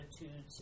attitudes